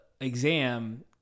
exam